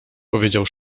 powiedział